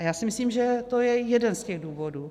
A já si myslím, že to je jeden z těch důvodů.